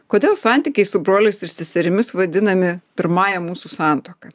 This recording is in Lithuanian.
kodėl santykiai su broliais ir seserimis vadinami pirmąja mūsų santuoka